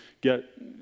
get